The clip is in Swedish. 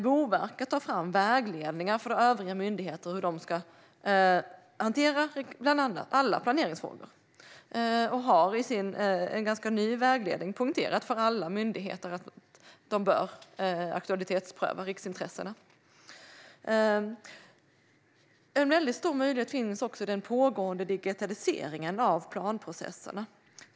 Boverket tar fram vägledningar för övriga myndigheter för hantering av alla planeringsformer och har i en ganska ny vägledning poängterat för alla myndigheter att de bör aktualitetspröva riksintressena. En stor möjlighet finns också i den pågående digitaliseringen av planprocesserna.